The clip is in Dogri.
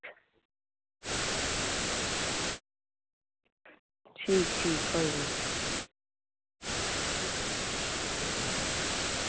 ठीक ठीक कोई नी